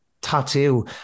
tattoo